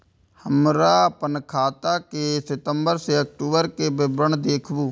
हमरा अपन खाता के सितम्बर से अक्टूबर के विवरण देखबु?